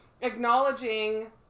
acknowledging